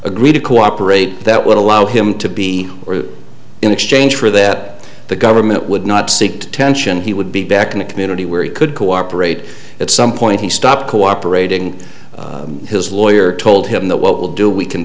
agree to cooperate that would allow him to be in exchange for that the government would not seek detention he would be back in a community where he could cooperate at some point he stopped cooperating his lawyer told him that what we'll do we can